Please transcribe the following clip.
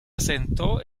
asentó